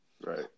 Right